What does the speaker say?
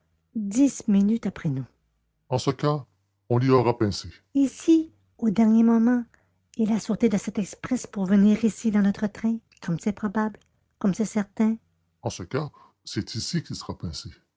dix minutes après nous en ce cas on l'y aura pincé et si au dernier moment il a sauté de cet express pour venir ici dans notre train comme c'est probable comme c'est certain en ce cas c'est ici qu'il sera pincé